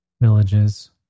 villages